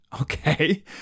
Okay